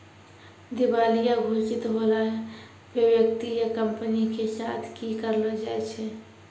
दिबालिया घोषित होला पे व्यक्ति या कंपनी के साथ कि करलो जाय छै?